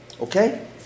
Okay